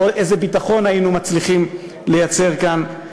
איזה ביטחון היינו מצליחים לייצר כאן.